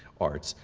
arts,